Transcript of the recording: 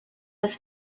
was